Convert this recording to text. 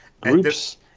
groups